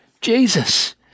Jesus